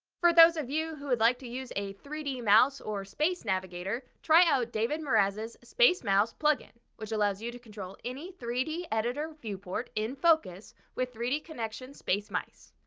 for those of you who would like to use a three d mouse or space navigator, try out david morasz's spacemouse plugin, which allows you to control any three d editor viewport in focus with three d connection space mice.